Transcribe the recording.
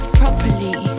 properly